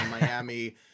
Miami